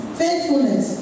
faithfulness